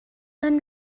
nan